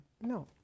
No